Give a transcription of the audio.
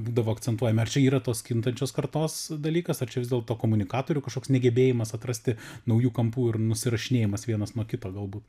būdavo akcentuojama ar čia yra tos kintančios kartos dalykas ar čia vis dėlto komunikatorių kažkoks negebėjimas atrasti naujų kampų ir nusirašinėjimas vienas nuo kito galbūt